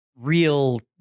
real